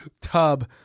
tub